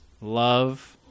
love